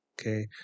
Okay